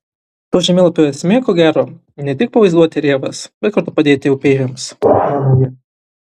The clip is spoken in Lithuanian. to žemėlapio esmė ko gero ne tik pavaizduoti rėvas bet kartu padėti upeiviams mano ji